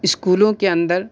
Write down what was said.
اسکولوں کے اندر